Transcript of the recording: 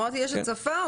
אמרתי שיש הצפה,